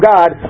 God